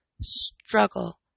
struggle